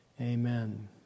amen